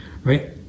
Right